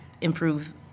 improve